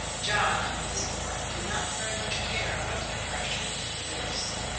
john, on his part, did not very much care what impression he produced.